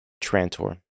Trantor